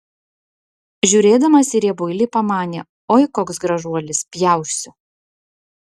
žiūrėdamas į riebuilį pamanė oi koks gražuolis pjausiu